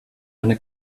eine